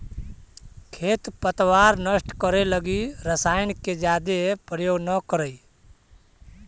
खेर पतवार नष्ट करे लगी रसायन के जादे प्रयोग न करऽ